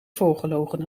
voorgelogen